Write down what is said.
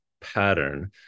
pattern